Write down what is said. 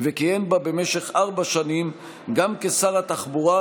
וכיהן בה במשך ארבע שנים גם כשר התחבורה,